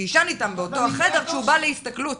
שיישן איתם באותו חדר כשהוא בא להסתכלות.